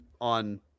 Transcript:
on